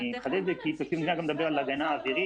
אני אחדד את זה כי תקציב המדינה גם מדבר על הגנה אווירית